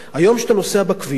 היום כשאתה נוסע בכביש,